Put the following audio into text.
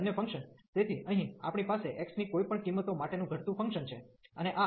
તેથી બંને function function તેથી અહીં આપણી પાસે x ની કોઈ પણ કિંમતો માટેનું ઘટતું ફંક્શન function છે